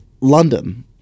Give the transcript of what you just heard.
london